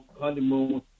honeymoon